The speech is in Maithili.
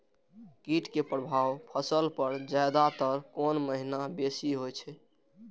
कीट के प्रभाव फसल पर ज्यादा तर कोन महीना बेसी होई छै?